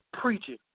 preaching